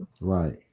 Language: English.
Right